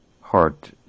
heart